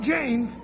Jane